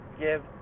give